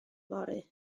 fory